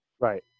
Right